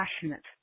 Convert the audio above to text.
passionate